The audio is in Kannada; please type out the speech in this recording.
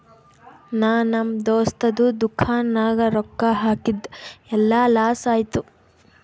ನಾ ನಮ್ ದೋಸ್ತದು ದುಕಾನ್ ನಾಗ್ ರೊಕ್ಕಾ ಹಾಕಿದ್ ಎಲ್ಲಾ ಲಾಸ್ ಆಯ್ತು